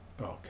okay